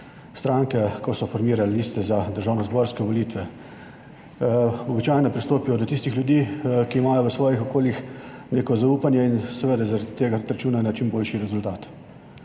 stranke, ko so formirali liste za državnozborske volitve. Običajno pristopijo do tistih ljudi, ki imajo v svojih okoljih neko zaupanje in seveda zaradi tega tudi računajo na čim boljši rezultat.